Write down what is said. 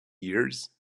years